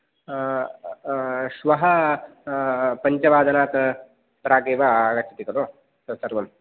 श्वः पञ्चवादनात् प्रागेव आगच्चति खलु तत्सर्वम्